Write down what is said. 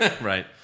Right